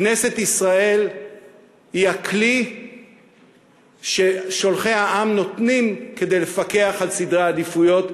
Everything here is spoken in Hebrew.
כנסת ישראל היא הכלי ששולחי העם נותנים כדי לפקח על סדרי העדיפויות,